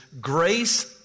grace